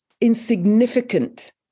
insignificant